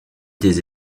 des